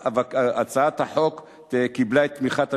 הצעת החוק קיבלה את תמיכת הממשלה.